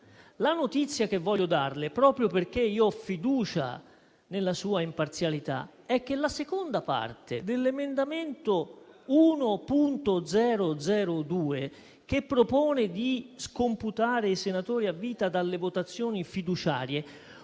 La notizia che voglio darle, proprio perché io ho fiducia nella sua imparzialità, è che la seconda parte dell'emendamento 1.1002, che propone di scomputare i senatori a vita dalle votazioni fiduciarie,